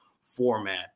format